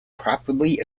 promptly